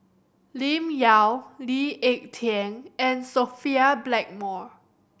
Lim Yau Lee Ek Tieng and Sophia Blackmore